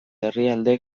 herrialde